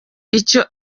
icyo